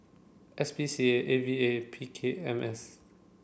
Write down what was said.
S P C A A V A P K M S